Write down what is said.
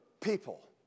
people